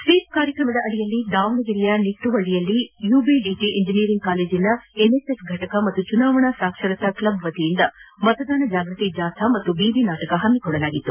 sweep ಕಾರ್ಯಕ್ರಮದಡಿಯಲ್ಲಿ ದಾವಣಗೆರೆಯ ನಿಟ್ಟುವಳ್ಳಯಲ್ಲಿ ಯುಬಿಡಿಟ ಇಂಜಿನಿಯರಿಂಗ್ ಕಾಲೇಜಿನ ಎನ್ಎಸ್ಎಸ್ ಫೆಟಕ ಮತ್ತು ಚುನಾವಣಾ ಸಾಕ್ಷರತಾ ಕ್ಷಬ್ ವತಿಯಿಂದ ಮತದಾನ ಜಾಗೃತಿ ಜಾಥಾ ಮತ್ತು ಬೀದಿನಾಟಕ ಹಮ್ಮಿಕೊಳ್ಳಲಾಗಿತ್ತು